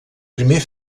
primer